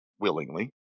willingly